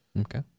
Okay